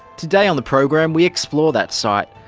today on the program we explore that site,